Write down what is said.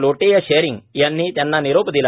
लोटेय शेअरिंग यांनी त्यांना निरोप दिला